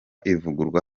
ivurwa